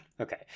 Okay